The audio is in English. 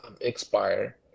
expire